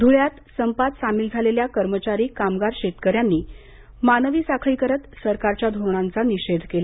ध्रुळ्यात संपात सामिल झालेल्या कर्मचारी कामगार शेतकऱ्यांनी मानवी साखळी करत सरकारच्या धोरणांचा निषेध केला